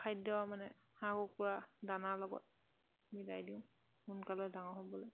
খাদ্য মানে হাঁহ কুকুৰা দানাৰ লগত মিলাই দিওঁ সোনকালে ডাঙৰ হ'বলৈ